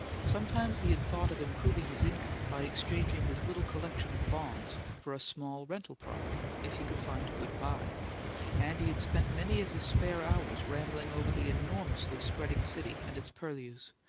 sometimes he had thought of improving his income by exchanging his little collection of bonds for a small rental property, if he could find a good buy and he had spent many of his spare hours rambling over the enormously spreading city and its purlieus,